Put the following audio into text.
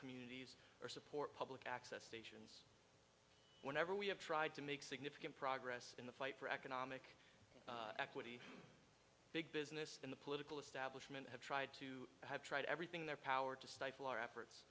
community or support public access stage whenever we have tried to make significant progress in the fight for economic equity big business and the political establishment have tried to have tried everything in their power to stifle our efforts